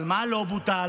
אבל מה לא בוטל?